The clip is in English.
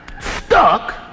stuck